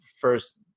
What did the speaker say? first